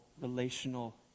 relational